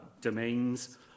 domains